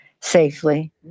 safely